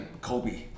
Kobe